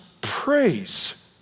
praise